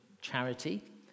charity